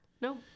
no